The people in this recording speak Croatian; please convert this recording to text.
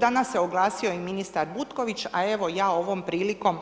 Danas se oglasio i ministar Butković, a evo ja ovom prilikom